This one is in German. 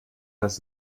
das